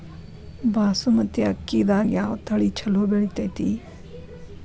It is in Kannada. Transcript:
ಬಾಸುಮತಿ ಅಕ್ಕಿದಾಗ ಯಾವ ತಳಿ ಛಲೋ ಬೆಳಿತೈತಿ?